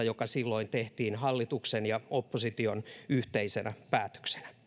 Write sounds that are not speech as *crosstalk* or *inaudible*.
*unintelligible* joka silloin tehtiin hallituksen ja opposition yhteisenä päätöksenä